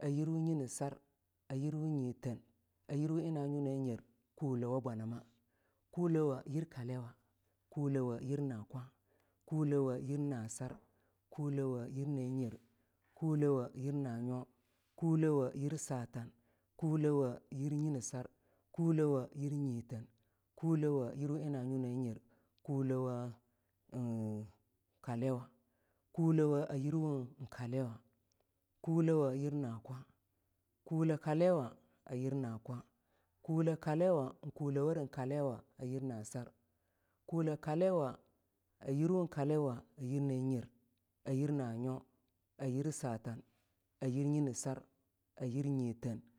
ay yirwu nyirwu nyinasar a yirwu nyiteen a yirwu na nyo na nyer kulawo bwanama kulewa a yir kaliwa kulewo yir na kwa kulewa yir na sar kulewo yir nyinesar kulawo yir nyiteen kulawo kaliwa kulewa a yir wun kaliwakule kmalawa yir na kwa kule kaliwo a yirwu kaliwa yir na kwa kule kaliwa yir na sar kule lakiwa a yirwu kaliwa yir na nyer a yir na nyo a yir satan ayir nyenesar yir wu nyiteen a yir na nyo nayer kute bwana ma nati sar